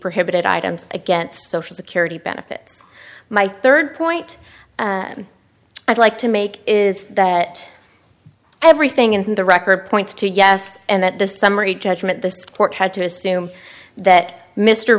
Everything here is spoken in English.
prohibited items against social security benefits my third point i'd like to make is that everything in the record points to yes and that the summary judgment this court had to assume that m